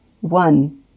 one